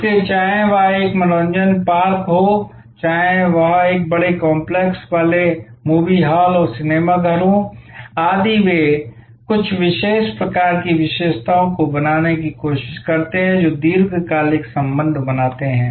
इसलिए चाहे वह एक मनोरंजन पार्क हो चाहे वह एक बड़े कॉम्प्लेक्स वाले मूवी हॉल और सिनेमाघर हों आदि वे कुछ विशेष प्रकार की विशेषताओं को बनाने की कोशिश करते हैं जो दीर्घकालिक संबंध बनाते हैं